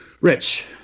Rich